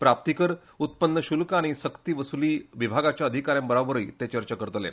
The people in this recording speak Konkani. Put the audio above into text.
प्राप्तीकर उत्पन्न शुल्क आनी सक्तीवसुली विभागंाच्या अधिकऱ्याबरोबरूय ते चर्चा करतले